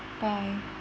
bye